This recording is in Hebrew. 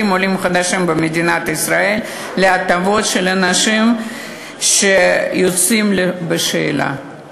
עולים חדשים במדינת ישראל להטבות של אנשים שיוצאים לשאלה.